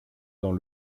dans